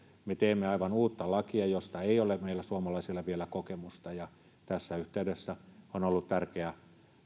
me teemme aivan uutta lakia josta ei ole meillä suomalaisilla vielä kokemusta ja tässä yhteydessä on ollut tärkeää